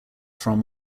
from